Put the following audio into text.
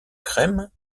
crèmes